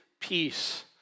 peace